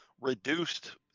reduced